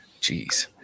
Jeez